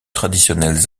traditionnelles